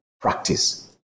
practice